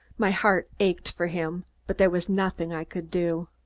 my heart ached for him, but there was nothing i could do.